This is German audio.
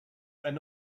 eine